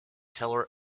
teller